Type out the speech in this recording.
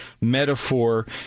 metaphor